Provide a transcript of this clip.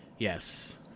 Yes